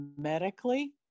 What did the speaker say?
medically